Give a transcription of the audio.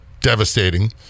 devastating